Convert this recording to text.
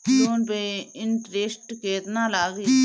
Loan पे interest केतना लागी?